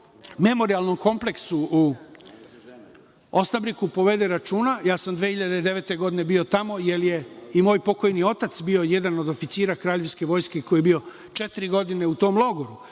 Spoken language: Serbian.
memorijalnom kompleksu u Osnabriku povede računa. Bio sam 2009. godine tamo jer je moj pokojni otac bio jedan od oficira Kraljevske vojske koji je bio četiri godine u tom logoru.